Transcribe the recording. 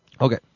Okay